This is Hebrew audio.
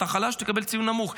אתה חלש, תקבל ציון נמוך.